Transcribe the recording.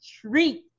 treat